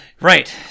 Right